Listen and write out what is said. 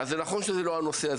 נכון שזה לא הנושא,